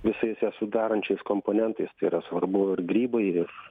visais ją sudarančiais komponentais tai yra svarbu ir grybai ir